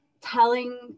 telling